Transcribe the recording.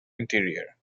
interior